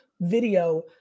video